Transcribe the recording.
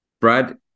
Brad